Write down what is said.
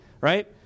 right